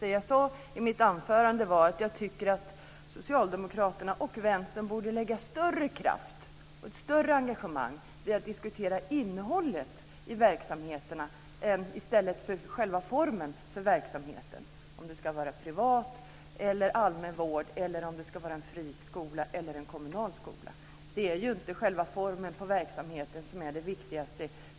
Det jag sade i mitt anförande var att jag tycker att Socialdemokraterna och Vänstern borde lägga större engagemang och större kraft vid att diskutera innehållet i verksamheterna i stället för själva formen för verksamheten, om det ska vara privat eller allmän vård, friskola eller en kommunal skola. Det är inte själva formen för verksamheten som är det viktiga.